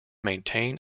maintain